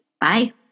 bye